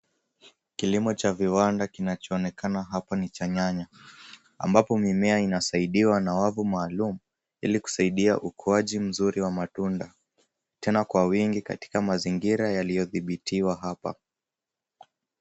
Kilimo cha viwanda kinachoonekana hapa ni cha nyanya, ambapo mimea inasaidiwa na wavu maalum ilikusaidia ukuaji mzuri wa matunda, tena kwa wingi katika mizingira yaliyodhibitiwa hapa.